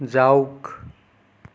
যাওক